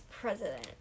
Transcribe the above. president